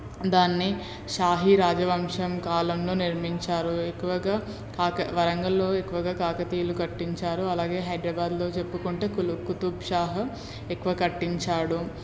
దాన్ని షాహీ రాజవంశం కాలంలో నిర్మించారు ఎక్కువగా కాక వరంగల్లో ఎక్కువగా కాకతీయులు కట్టించారు అలాగే హైడ్రాబాద్లో చెప్పుకుంటే కులి కుతుబ్ షాహ ఎక్కువ కట్టించాడు